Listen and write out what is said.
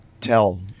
tell